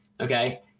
Okay